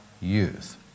youth